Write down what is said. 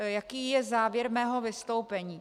Jaký je závěr mého vystoupení?